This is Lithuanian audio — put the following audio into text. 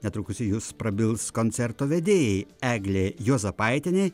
netrukus į jus prabils koncerto vedėjai eglė juozapaitienė